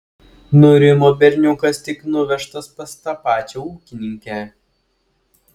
nurimo berniukas tik nuvežtas pas tą pačią ūkininkę